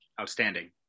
outstanding